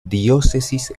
diócesis